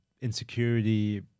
insecurity